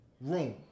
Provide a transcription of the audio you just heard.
room